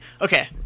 Okay